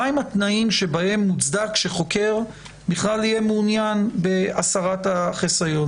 מהם התנאים שבהם מוצדק שחוקר בכלל יהיה מעוניין בהסרת החיסיון.